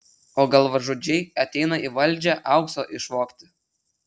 o galvažudžiai ateina į valdžią aukso išvogti